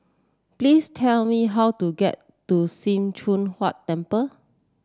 please tell me how to get to Sim Choon Huat Temple